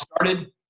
started